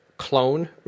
clone